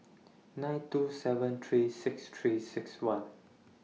nine two seven three six three six one